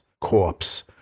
corpse